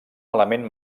element